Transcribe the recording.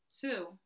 Two